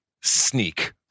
sneak